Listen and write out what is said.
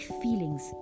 feelings